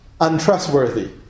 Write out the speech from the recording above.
untrustworthy